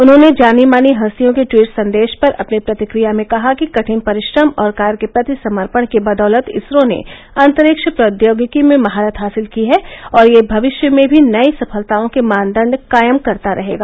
उन्होंने जानी मानी हस्तियों के टवीट संदेश पर अपनी प्रतिक्रिया में कहा कि कठिन परिश्रम और कार्य के प्रति समर्पण की बदौलत इसरो ने अंतरिक्ष प्रौद्योगिकी में महारत हासिल की है और यह भविष्य में भी नई सफलताओं के मानदंड कायम करता रहेगा